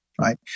right